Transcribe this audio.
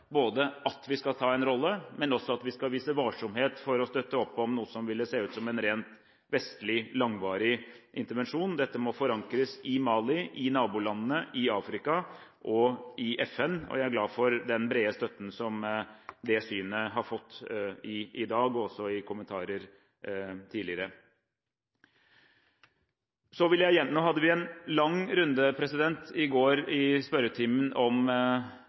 at vi skal ta en rolle, men også at vi skal vise varsomhet for å støtte opp om noe som ville se ut som en ren vestlig, langvarig intervensjon. Dette må forankres i Mali, i nabolandene, i Afrika og i FN, og jeg er glad for den brede støtten som dette synet har fått i dag, og også i kommentarer tidligere. Vi hadde en lang runde i spørretimen i går om hatefulle ytringer rettet mot jøder i